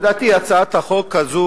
לדעתי הצעת החוק הזאת,